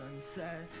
sunset